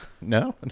no